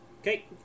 okay